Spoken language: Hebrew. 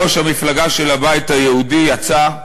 ראש המפלגה של הבית היהודי יצא,